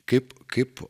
kaip kaip